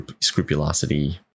scrupulosity